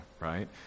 right